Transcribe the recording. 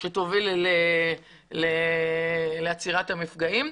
שתוביל לעצירת המפגעים.